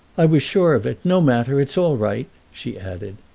i was sure of it! no matter it's all right! she added.